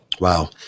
Wow